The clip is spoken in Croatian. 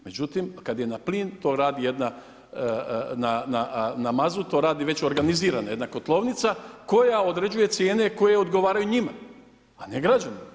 Međutim, kad je na plin to radi jedna na mazut, to radi već organizirana jedna kotlovnica koja određuje cijene koje odgovaraju njima, a ne građanima.